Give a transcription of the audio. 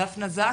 דפנה זאק.